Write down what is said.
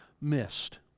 missed